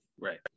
right